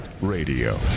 Radio